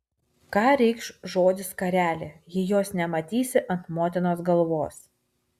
ką reikš žodis skarelė jei jos nematysi ant motinos galvos